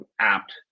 apt